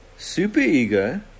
Super-ego